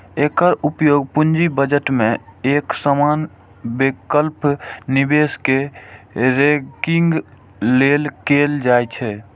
एकर उपयोग पूंजी बजट मे एक समान वैकल्पिक निवेश कें रैंकिंग लेल कैल जाइ छै